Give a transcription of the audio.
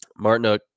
Martinuk